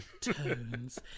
tones